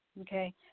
okay